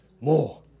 more